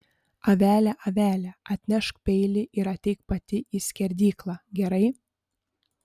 avele avele atnešk peilį ir ateik pati į skerdyklą gerai